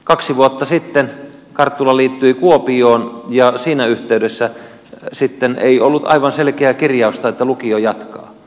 kaksi vuotta sitten karttula liittyi kuopioon ja siinä yhteydessä sitten ei ollut aivan selkeää kirjausta että lukio jatkaa